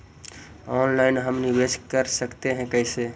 Online हम निवेश कर सकते है, कैसे?